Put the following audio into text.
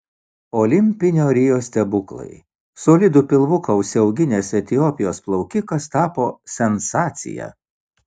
olimpinio rio stebuklai solidų pilvuką užsiauginęs etiopijos plaukikas tapo sensacija